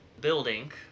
building